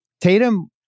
Tatum